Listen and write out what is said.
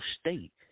state